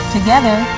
Together